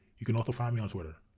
you can also find me on twitter.